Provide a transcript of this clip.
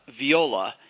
viola